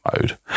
mode